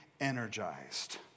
energized